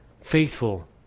Faithful